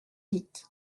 vite